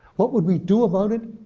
what would we do about it?